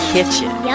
Kitchen